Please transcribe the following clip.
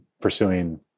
pursuing